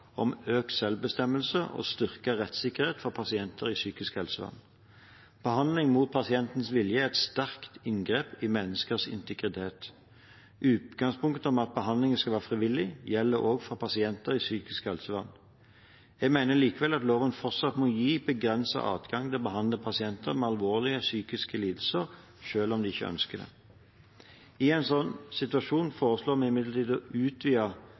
om økt selvbestemmelse og styrket rettssikkerhet for pasienter i psykisk helsevern. Behandling mot pasientens vilje er et sterkt inngrep i menneskers integritet. Utgangspunktet om at behandling skal være frivillig, gjelder også for pasienter i psykisk helsevern. Jeg mener likevel at loven fortsatt må gi begrenset adgang til å behandle pasienter med alvorlige psykiske lidelser selv om de ikke ønsker det. I én situasjon foreslår vi imidlertid å utvide